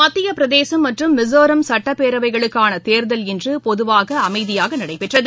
மத்தியபிரதேசம் மற்றம் மிசோராம் சட்டப்பேரவைகளுக்கானதேர்தல் இன்றுபொதுவாகஅமைதியாகநடைபெற்றது